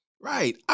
right